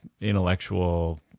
intellectual